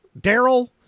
Daryl